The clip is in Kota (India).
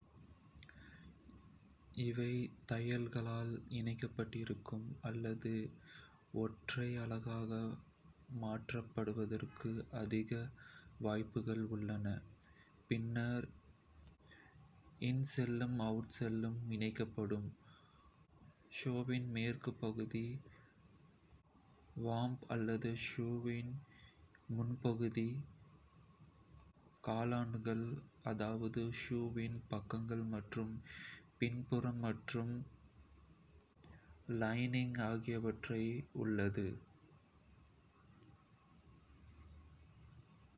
இவை தையல்களால் இணைக்கப்பட்டிருக்கும் அல்லது ஒற்றை அலகாக மாற்றப்படுவதற்கு அதிக வாய்ப்புகள் உள்ளன, பின்னர் இன்சோலும் அவுட்சோலும் இணைக்கப்படும் ஷூவின் மேற்பகுதி வாம்ப் அல்லது ஷூவின் முன்பகுதி, காலாண்டுகள் அதாவது ஷூவின் பக்கங்கள் மற்றும் பின்புறம் மற்றும் லைனிங் ஆகியவற்றைக் கொண்டுள்ளது.